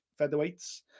featherweights